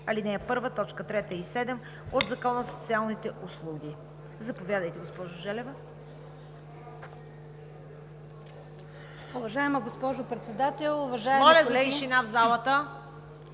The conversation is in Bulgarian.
ал. 1, т. 3 и 7 от Закона за социалните услуги. Заповядайте, госпожо Желева.